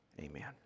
amen